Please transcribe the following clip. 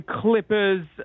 Clippers